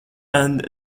and